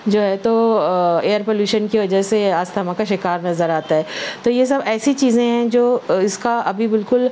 جو ہے تو ایر پلیوشن کی وجہ سے استھمہ کا شکار نظر آتا ہے تو یہ سب ایسی چیزیں ہیں جو اس کا ابھی بالکل